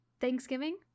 Thanksgiving